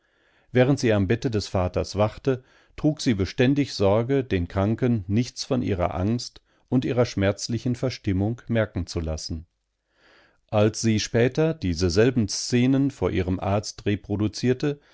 während sie am bette des vaters wachte trug sie beständig sorge den kranken nichts von ihrer angst und ihrer schmerzlichen verstimmung merken zu lassen als sie später diese selben szenen vor ihrem arzt reproduzierte